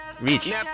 Reach